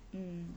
mm